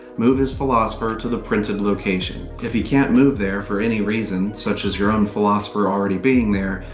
move his philosopher to the printed location. if he can't move there for any reason, such as your own philosopher already being there,